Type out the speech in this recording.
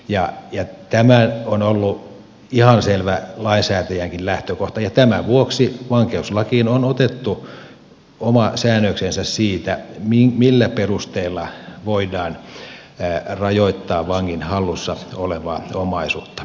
tämä on ollut ihan selvä lainsäätäjänkin lähtökohta ja tämän vuoksi vankeuslakiin on otettu oma säännöksensä siitä millä perusteilla voidaan rajoittaa vangin hallussa olevaa omaisuutta